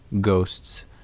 ghosts